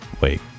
Wait